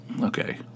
okay